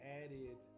added